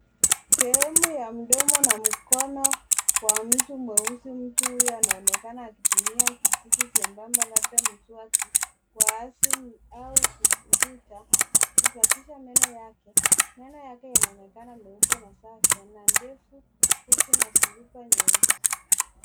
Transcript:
Sehemu ya mdomo na mkono wa mtu mweusi. Mtu huyo anaonekana akitumia kijiti chembamba labda mswaki wa asili au kujikuta kusafisha meno yake. Meno yake yanaonekana meupe na safi. Ana ndevu fupi na sura nyeusi.